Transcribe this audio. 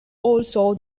also